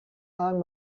orang